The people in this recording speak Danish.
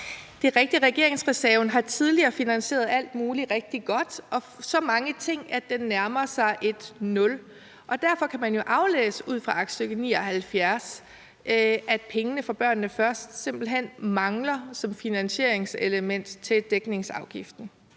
er rigtigt, at regeringsreserven tidligere har finansieret alt muligt rigtig godt og så mange ting, at den nærmer sig et 0. Derfor kan man jo ud af aktstykke 79 aflæse, at pengene fra »Børnene Først« simpelt hen mangler som finansieringselement til dækningsafgiften.